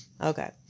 Okay